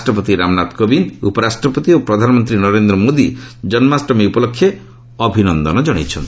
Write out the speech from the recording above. ରାଷ୍ଟ୍ରପତି ରାମନାଥ କୋବିନ୍ଦ ଉପରାଷ୍ଟ୍ରପତି ଓ ପ୍ରଧାନମନ୍ତ୍ରୀ ନରେନ୍ଦ୍ର ମୋଦି ଜନ୍ଦ୍ରାଷ୍ଟମୀ ଉପଲକ୍ଷେ ଅଭିନନ୍ଦନ ଜଣାଇଛନ୍ତି